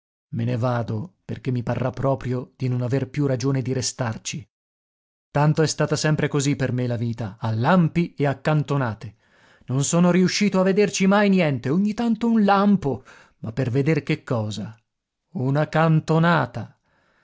me ne vado perché mi parrà proprio di non aver più ragione di restarci tanto è stata sempre così per me la vita a lampi e a cantonate non sono riuscito a vederci mai niente ogni tanto un lampo ma per veder che cosa una cantonata